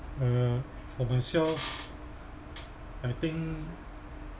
uh for myself I think